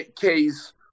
case